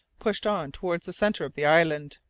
pushed on towards the centre of the island.